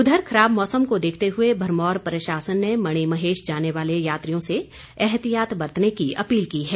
उधर खराब मौसम को देखते हुए भरमौर प्रशासन ने मणिमहेश जाने वाले यात्रियों से एहतियात बरतने की अपील की है